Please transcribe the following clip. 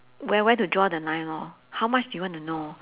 where where to draw the line lor how much do you want to know